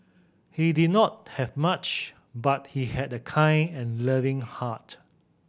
he did not have much but he had a kind and loving heart